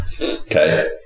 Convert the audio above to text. Okay